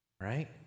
Right